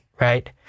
right